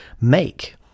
make